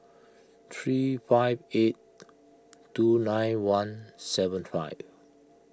three five eight two nine one seven five